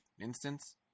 instance